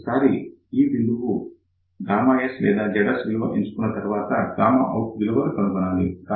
ఒకసారి ఈ బిందువు దగ్గర S లేదా ZS విలువ ఎంచుకున్న తర్వాత out విలువ కనుగొనాలి